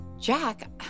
Jack